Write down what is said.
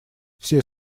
все